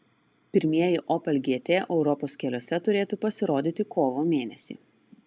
pirmieji opel gt europos keliuose turėtų pasirodyti kovo mėnesį